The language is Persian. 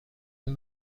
این